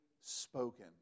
spoken